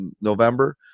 November